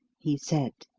he said,